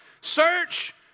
search